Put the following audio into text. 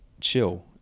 chill